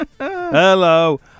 hello